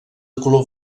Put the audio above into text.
color